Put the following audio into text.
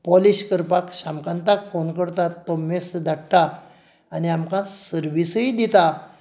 polish करपाक शामकांताक phone करतात तो मेस्त धाडटा आनी आमकां सर्वीसय दिता